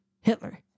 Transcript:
Hitler